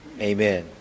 Amen